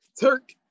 Turk